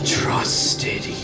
trusted